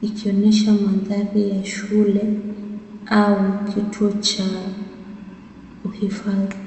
ikionyesha mandhari ya shule au kituo cha uhifadhi.